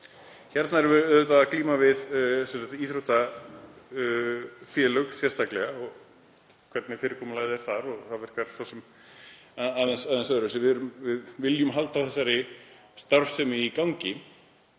Hérna erum við auðvitað að glíma við íþróttafélög sérstaklega og hvernig fyrirkomulagið er þar og það virkar svo sem aðeins öðruvísi. Við viljum halda þessari starfsemi í gangi